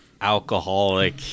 alcoholic